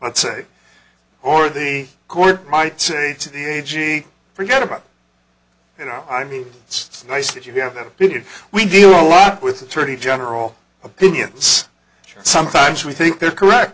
let's say or the court might say to the a g forget about you know i mean it's nice that you have that did we do your lot with attorney general opinions sometimes we think they're correct